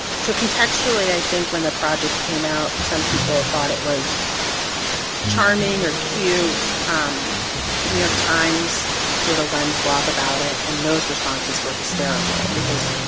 so contextually, i think when the project came out, some people thought it was charming or cute. um the new york times did a lens blog about it and those responses were hysterical because,